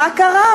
מה קרה?